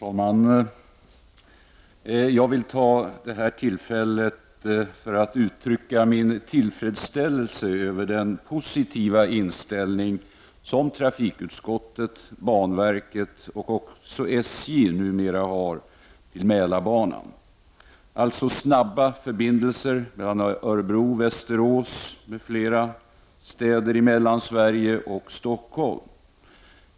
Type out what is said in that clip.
Herr talman! Jag vill ta det här tillfället för att uttrycka min tillfredsställelse över den positiva inställning som trafikutskottet, banverket och också SJ numera har till Mälarbanan, alltså snabba förbindelser mellan Örebro, Västerås m.fl. städer i Mellansverige och Stockholm.